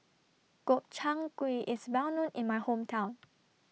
Gobchang Gui IS Well known in My Hometown